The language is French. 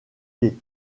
des